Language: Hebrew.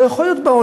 וזה לא יכול להיות.